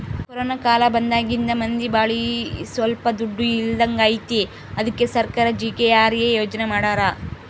corona ಕಾಲ ಬಂದಾಗಿಂದ ಮಂದಿ ಬಳಿ ಸೊಲ್ಪ ದುಡ್ಡು ಇಲ್ದಂಗಾಗೈತಿ ಅದ್ಕೆ ಸರ್ಕಾರ ಜಿ.ಕೆ.ಆರ್.ಎ ಯೋಜನೆ ಮಾಡಾರ